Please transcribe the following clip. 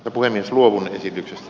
puhemies luovun esitys